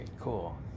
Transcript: cool